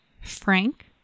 Frank